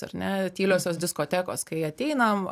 ar ne tyliosios diskotekos kai ateina